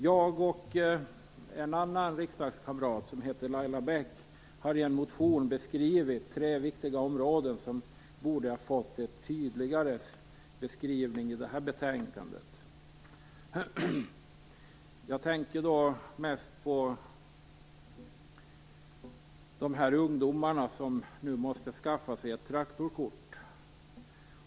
Jag har tillsammans med en riksdagskamrat som heter Laila Bäck i en motion tagit upp tre viktiga områden som borde ha blivit tydligare beskrivna i det här betänkandet. Jag tänker mest på de ungdomar som nu måste skaffa sig ett traktorkort.